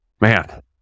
man